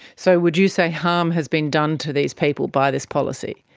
so would you say harm has been done to these people by this policy?